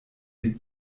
die